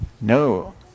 No